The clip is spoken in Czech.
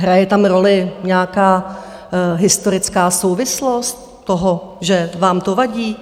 Hraje tam roli nějaká historická souvislost toho, že vám to vadí?